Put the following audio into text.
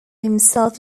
himself